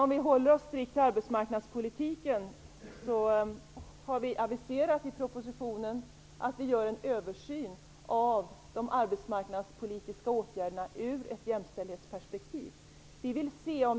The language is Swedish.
Men håller vi oss strikt till arbetsmarknadspolitiken har vi i propositionen aviserat att vi gör en översyn av de arbetsmarknadspolitiska åtgärderna ur ett jämställdhetsperspektiv.